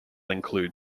include